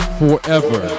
forever